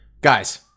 Guys